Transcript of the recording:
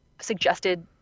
suggested